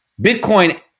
Bitcoin